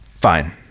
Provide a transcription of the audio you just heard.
fine